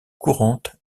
courantes